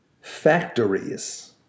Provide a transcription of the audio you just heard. Factories